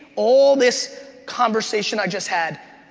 all this conversation i just had,